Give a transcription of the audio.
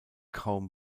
kaum